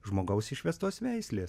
žmogaus išvestos veislės